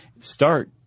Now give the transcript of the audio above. START